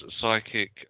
psychic